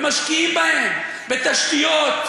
ומשקיעים בהם בתשתיות,